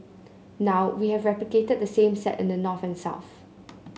now we have replicated the same set in the north and south